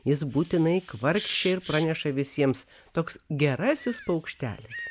jis būtinai kvarkši ir praneša visiems toks gerasis paukštelis